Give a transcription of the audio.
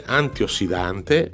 antiossidante